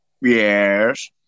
Yes